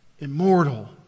immortal